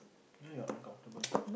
really ah uncomfortable